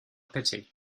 pity